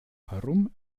warum